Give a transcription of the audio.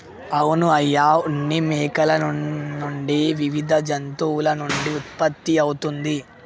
అవును అయ్య ఉన్ని మేకల నుండి వివిధ జంతువుల నుండి ఉత్పత్తి అవుతుంది